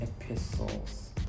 epistles